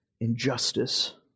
injustice